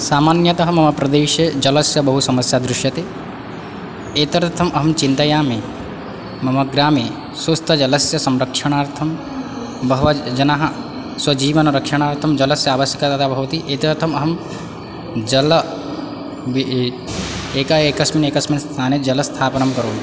सामान्यतः मम प्रदेशे जलस्य बहु समस्या दृश्यते एतदर्थम् अहं चिन्तयामि मम ग्रामे स्वस्थजलस्य संरक्षणार्थं बहवः जनाः स्वजीवनरक्षणार्थं जलस्य आवश्यकता भवति एतदर्थम् अहं जल एक एकस्मिन् एकस्मिन् स्थाने जलं स्थापनं करोमि